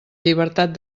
llibertat